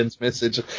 message